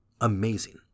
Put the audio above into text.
amazing